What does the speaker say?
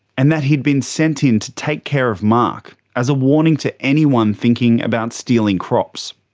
and that he'd been sent in to take care of mark as a warning to anyone thinking about stealing crops.